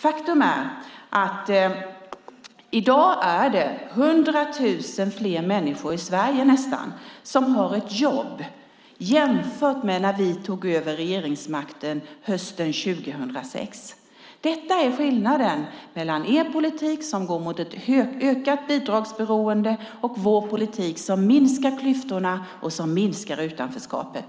Faktum är att det är nästan 100 000 fler människor i Sverige som har ett jobb i dag jämfört med när vi tog över regeringsmakten hösten 2006. Detta är skillnaden mellan er politik som går mot ett ökat bidragsberoende och vår politik som minskar klyftorna och utanförskapet.